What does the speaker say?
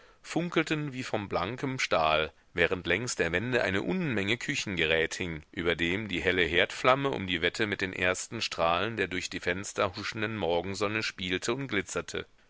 funkelten wie von blankem stahl während längs der wände eine unmenge küchengerät hing über dem die helle herdflamme um die wette mit den ersten strahlen der durch die fenster huschenden morgensonne spielte und glitzerte